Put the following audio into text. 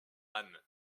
anne